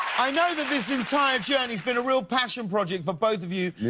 i know that this entire journey has been a real passion project for both of you.